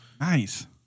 nice